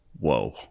whoa